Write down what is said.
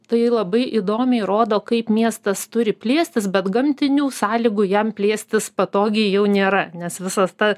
tai labai įdomiai rodo kaip miestas turi plėstis bet gamtinių sąlygų jam plėstis patogiai jau nėra nes visas ta